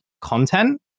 content